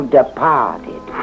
departed